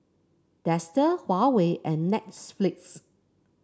Dester Huawei and Netflix